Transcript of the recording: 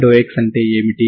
∂x అంటే ఏమిటి